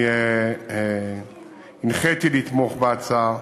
אני הנחיתי לתמוך בהצעה,